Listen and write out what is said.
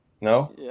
No